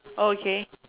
oh okay